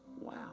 wow